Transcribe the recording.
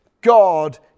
God